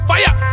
Fire